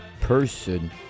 person